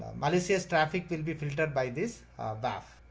malicious traffic will be filtered by this, ah,